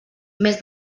més